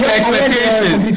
expectations